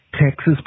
Texas